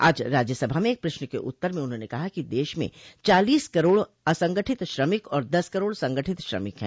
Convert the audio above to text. आज राज्यसभा में एक प्रश्न के उत्तर में उन्होंने कहा कि देश में चालीस करोड असंगठित श्रमिक और दस करोड संगठित श्रमिक हैं